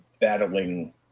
battling